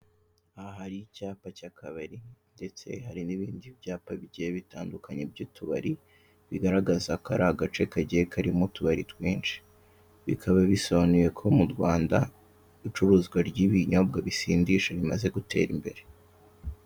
Aha hari icyapa cy'akabari ndetse hari n'ibindi byapa bigiye bitandukanye by'utubari, bigaragaza ko ari agace kagiye karimo utubari twinshi, bikaba bisobanuye ko mu Rwanda, icuruzwa ry'ibinyobwa bisindisha rimaze gutera imbere.